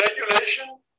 regulation